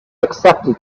accepted